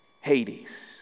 Hades